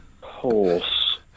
horse